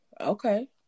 Okay